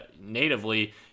natively